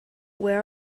where